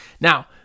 Now